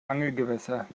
angelgewässer